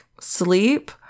sleep